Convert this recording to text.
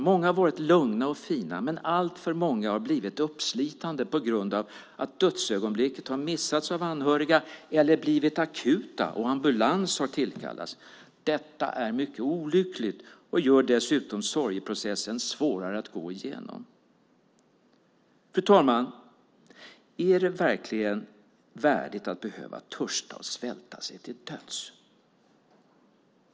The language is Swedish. Många har varit lugna och fina, men alltför många har blivit uppslitande på grund av att dödsögonblicket har missats av anhöriga eller blivit "akuta" så att ambulans har tillkallats. Detta är mycket olyckligt och gör dessutom sorgeprocessen svårare att gå igenom. Fru talman! Är det verkligen värdigt att behöva törsta och svälta sig till döds?